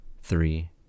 three